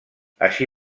així